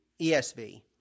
ESV